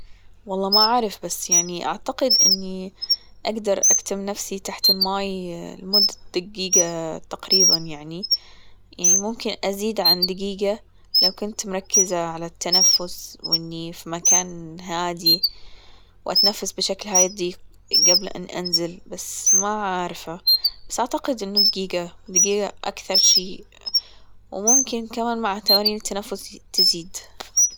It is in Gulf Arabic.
والله ما أعرف بس يعني أعتقد إني أقدر أكتم نفسي تحت الماي لمدة دجيجة تقريبا يعني يعني ممكن أزيد عن دجيجة لو كنت مركزة على التنفس وإني في مكان هادي وأتنفس بشكل هادي جبل أن أنزل بس مااا عارفة. فأعتقد أنه دجيجة دجيجة أكثر شيء. وممكن كمان مع تمارين التنفس تزيد